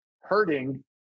hurting